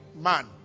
man